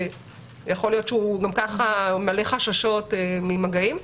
יכול להיות שהוא גם ככה מלא חששות ממגעים.